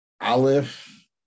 Aleph